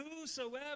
whosoever